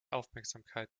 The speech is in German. aufmerksamkeit